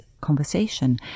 conversation